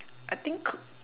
I think